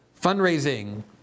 fundraising